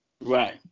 Right